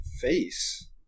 face